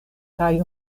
kaj